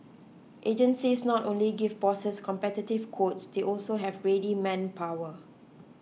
agencies not only give bosses competitive quotes they also have ready manpower